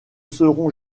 seront